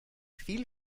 viel